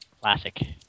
Classic